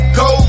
go